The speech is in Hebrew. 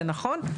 נכון.